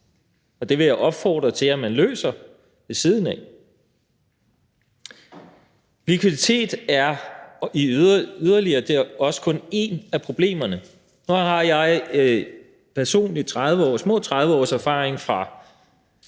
og det vil jeg opfordre til at man løser ved siden af. Likviditet er yderligere også kun et af problemerne. Nu har jeg personligt små 30 års erfaring fra